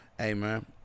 amen